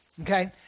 okay